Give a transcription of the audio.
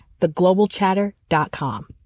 theglobalchatter.com